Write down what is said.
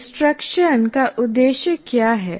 instruction का उद्देश्य क्या है